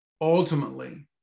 ultimately